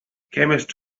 chemist